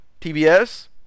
TBS